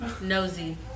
Nosy